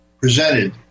presented